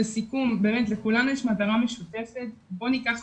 לסיכום, לכולנו יש מטרה משותפת, בואו ניקח